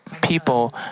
people